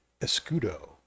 escudo